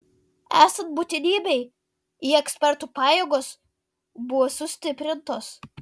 esant būtinybei į ekspertų pajėgos bus sustiprintos